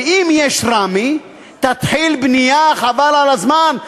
ואם יש רמ"י תתחיל בנייה חבל על הזמן.